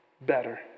better